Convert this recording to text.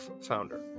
founder